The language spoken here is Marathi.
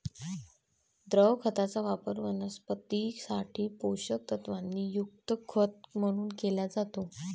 द्रव खताचा वापर वनस्पतीं साठी पोषक तत्वांनी युक्त खत म्हणून केला जातो